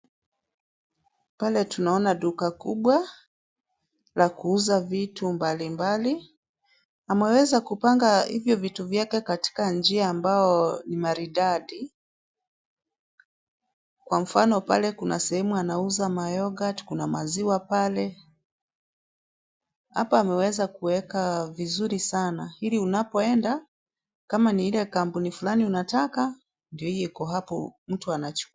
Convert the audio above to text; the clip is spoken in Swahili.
Pale tunaona duka kubwa la kuuza vitu mbalimbali. Ameweza kupanga hivyo vitu vyake kwa njia ambayo ni maridadi. Kwa mfano, pale kuna sehemu anauza mayoghurt , kuna maziwa pale. Hapa ameweza kuweka vizuri sana ili unapoenda kama ni ile kampuni fulani unataka, ndio hio iko hapo mtu anachukua.